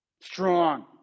Strong